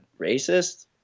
racist